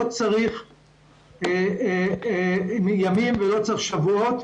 לא צריך ימים או שבועות.